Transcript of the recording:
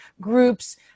groups